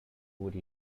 would